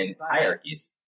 hierarchies